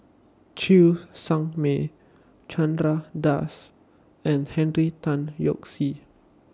Cheng Tsang Man Chandra Das and Henry Tan Yoke See